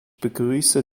begrüße